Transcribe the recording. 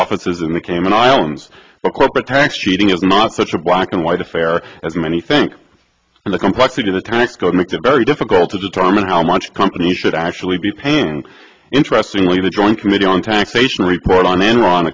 offices in the cayman islands the corporate tax cheating is not such a black and white affair as many think the complexity of the tax code makes it very difficult to determine how much a company should actually be paying interestingly the joint committee on taxation report on enron